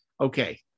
Okay